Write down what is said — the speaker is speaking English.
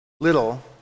Little